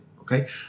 okay